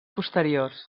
posteriors